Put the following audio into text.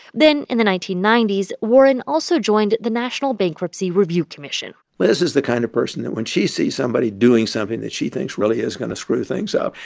then in the nineteen ninety s, warren also joined the national bankruptcy review commission liz is the kind of person that when she sees somebody doing something that she thinks really is going to screw things up,